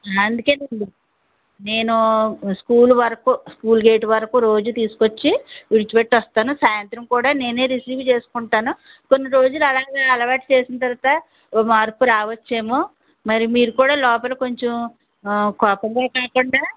అందుకేనండి నేను స్కూల్ వరకు స్కూల్ గేట్ వరకు రోజూ తీసుకొచ్చి విడిచిపెట్టి వస్తాను సాయంత్రం కూడా నేనే రిసీవ్ చేసుకుంటాను కొన్ని రోజులు అలాగా అలవాటు చేసిన తరువాత మార్పు రావచ్చేమో మరి మీరు కూడా లోపల కొంచెం కోపంగా కాకుండా